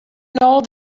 know